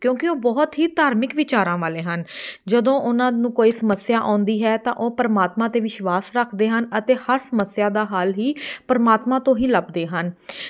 ਕਿਉਂਕਿ ਉਹ ਬਹੁਤ ਹੀ ਧਾਰਮਿਕ ਵਿਚਾਰਾਂ ਵਾਲੇ ਹਨ ਜਦੋਂ ਉਹਨਾਂ ਨੂੰ ਕੋਈ ਸਮੱਸਿਆ ਆਉਂਦੀ ਹੈ ਤਾਂ ਉਹ ਪਰਮਾਤਮਾ 'ਤੇ ਵਿਸ਼ਵਾਸ ਰੱਖਦੇ ਹਨ ਅਤੇ ਹਰ ਸਮੱਸਿਆ ਦਾ ਹੱਲ ਹੀ ਪਰਮਾਤਮਾ ਤੋਂ ਹੀ ਲੱਭਦੇ ਹਨ